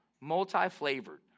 multi-flavored